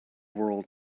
world